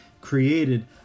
created